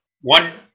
one